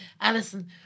Alison